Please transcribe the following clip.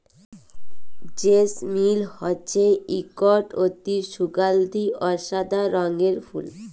জেসমিল হছে ইকট অতি সুগাল্ধি অ সাদা রঙের ফুল